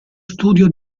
studio